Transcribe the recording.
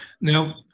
Now